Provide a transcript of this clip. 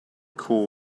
call